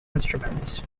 instruments